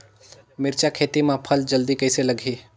मिरचा खेती मां फल जल्दी कइसे लगही?